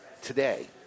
today